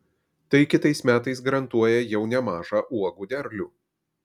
tai kitais metais garantuoja jau nemažą uogų derlių